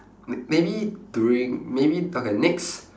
may~ maybe during maybe okay next